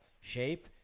shape